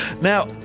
Now